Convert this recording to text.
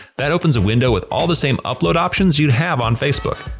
that opens a window with all the same upload options you'd have on facebook.